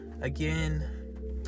again